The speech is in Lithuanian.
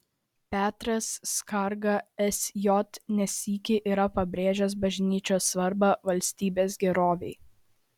petras skarga sj ne sykį yra pabrėžęs bažnyčios svarbą valstybės gerovei